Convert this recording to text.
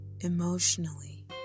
emotionally